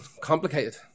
Complicated